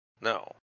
No